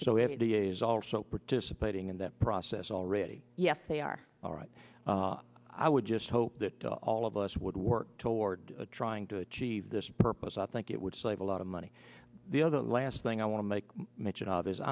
it is also participating in that process already yes they are all right i would just hope that all of us would work toward trying to achieve this purpose i think it would save a lot of money the other last thing i want to make mention of